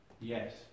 Yes